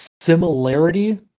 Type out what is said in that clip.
similarity